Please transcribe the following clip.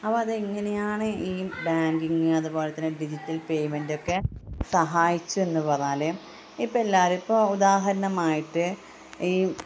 അപ്പം അതെങ്ങനെയാണ് ഈ ബാങ്കിങ്ങ് അതുപോലെത്തന്നെ ഡിജിറ്റൽ പേമന്റ് ഒക്കെ സഹായിച്ചത് എന്ന് പറഞ്ഞാൽ ഇപ്പം എല്ലാവരും ഇപ്പം ഉദാഹരണമായിട്ട് ഈ